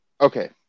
Okay